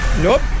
Nope